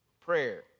prayer